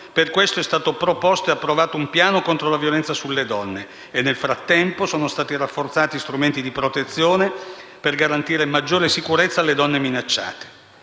Per questo è stato proposto e approvato un piano contro la violenza sulle donne, e nel frattempo sono stati rafforzati strumenti di protezione, per garantire maggiore sicurezza alle donne minacciate.